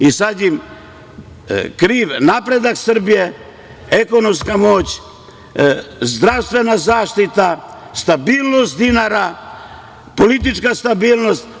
Sad im je kriv napredak Srbije, ekonomska moć, zdravstvena zaštita, stabilnost dinara, politička stabilnost.